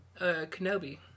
Kenobi